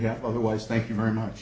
have otherwise thank you very much